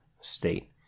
state